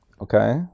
Okay